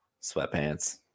Sweatpants